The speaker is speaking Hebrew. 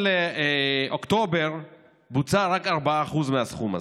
עד אוקטובר בוצעו רק 4% מהסכום הזה.